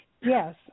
Yes